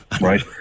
right